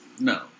No